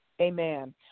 Amen